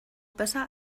besser